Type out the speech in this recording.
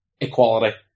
equality